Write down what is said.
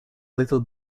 little